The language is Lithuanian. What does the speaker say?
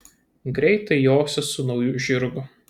greitai josi su nauju žirgu